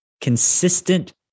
consistent